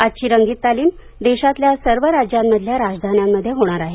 आजची रंगीत तालीम देशातल्या सर्व राज्यांमधल्या राजधान्यांत होणार आहे